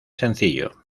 sencillo